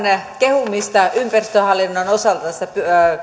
kehumista ympäristöhallinnon osalta tästä